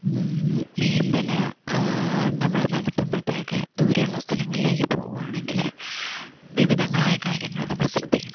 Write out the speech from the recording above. നീന്തൽ നമ്മൾ നടത്തുമ്പോഴത്തേക്ക് ദൂരെയുള്ള സ്ഥലങ്ങളിലേക്ക് പോകുവാണെങ്കിൽ വിവിധങ്ങളായ കാര്യങ്ങൾ നമ്മൾ ശ്രദ്ധിക്കണം